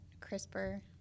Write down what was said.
CRISPR